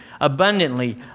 abundantly